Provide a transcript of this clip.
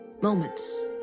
moments